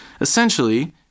essentially